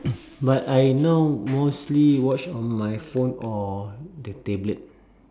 but I now mostly watch on my phone or the tablet